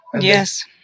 Yes